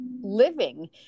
living